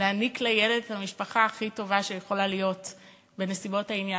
להעניק לילד את המשפחה הכי טובה שיכולה להיות בנסיבות העניין.